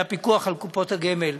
היה פיקוח על קופות הגמל,